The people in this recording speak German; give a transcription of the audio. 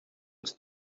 ist